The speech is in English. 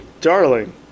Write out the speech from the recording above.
darling